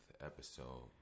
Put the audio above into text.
episode